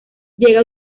llega